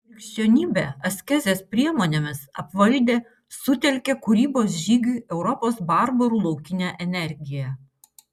krikščionybė askezės priemonėmis apvaldė sutelkė kūrybos žygiui europos barbarų laukinę energiją